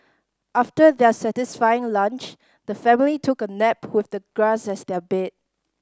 after their satisfying lunch the family took a nap with the grass as their bed